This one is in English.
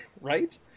right